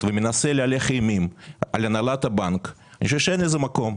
ומנסה להלך אימים על הנהלת הבנק אני חושב שאין לזה מקום.